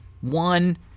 one